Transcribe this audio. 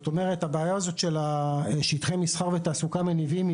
הבעיה הזאת של שטחי מסחר ותעסוקה מניבים,